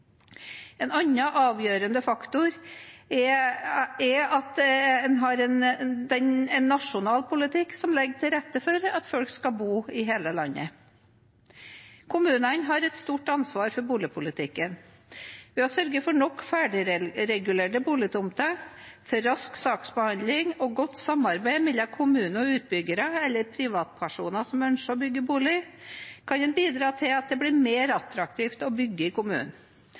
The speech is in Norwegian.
En annen avgjørende faktor er at en har en nasjonal politikk som legger til rette for at folk skal bo i hele landet. Kommunene har et stort ansvar for boligpolitikken. Ved å sørge for nok ferdigregulerte boligtomter, rask saksbehandling og godt samarbeid mellom kommunen og utbyggere eller privatpersoner som ønsker å bygge bolig, kan en bidra til at det blir mer attraktivt å bygge i kommunen.